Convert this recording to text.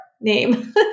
name